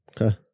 Okay